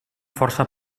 força